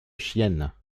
chiennes